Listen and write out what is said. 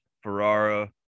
Ferrara